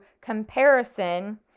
comparison